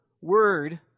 Word